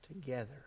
together